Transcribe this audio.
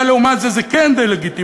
מה לעומת זה הוא כן דה-לגיטימציה.